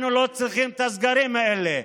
אנחנו לא צריכים את הסגרים האלה.